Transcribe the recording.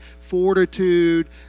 fortitude